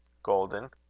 golden.